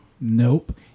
nope